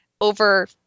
over